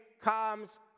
comes